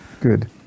Good